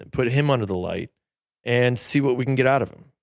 and put him under the light and see what we can get out of him.